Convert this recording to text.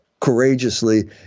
courageously